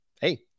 hey